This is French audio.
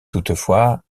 toutefois